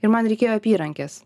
ir man reikėjo apyrankės